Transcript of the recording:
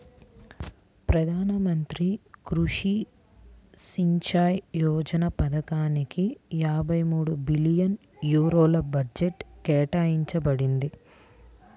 ప్రధాన మంత్రి కృషి సించాయ్ యోజన పథకానిక యాభై మూడు బిలియన్ యూరోల బడ్జెట్ కేటాయించబడింది